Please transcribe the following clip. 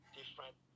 different